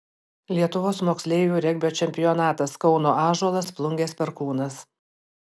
lietuvos moksleivių regbio čempionatas kauno ąžuolas plungės perkūnas